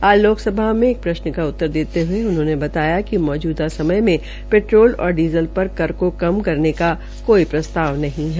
आज लोकसभा में प्रश्नों का उत्तर देते हये उन्होंने बताया कि मौजूदा समय में पैट्रोल और डीज़ल पर कर को कम करने का कोई प्रस्ताव नहीं है